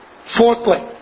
Fourthly